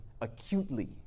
acutely